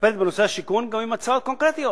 לטפל בנושא השיכון, גם עם הצעות קונקרטיות.